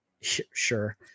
sure